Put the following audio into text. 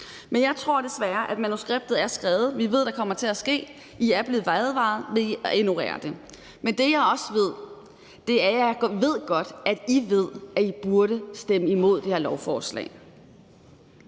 Men jeg tror desværre, at manuskriptet er skrevet. Vi ved, at det kommer til at ske. I er blevet advaret, men I ignorerer det. Men det, jeg også godt ved, er, at I også ved, at I burde stemme imod det her lovforslag.